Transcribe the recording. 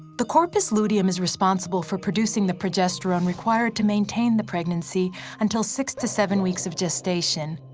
the corpus luteum is responsible for producing the progesterone required to maintain the pregnancy until six to seven weeks of gestation,